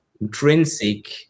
intrinsic